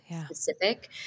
specific